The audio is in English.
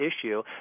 issue